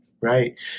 Right